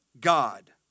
God